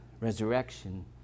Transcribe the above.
resurrection